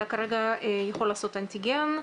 אתה כרגע יכול לעשות אנטיגן,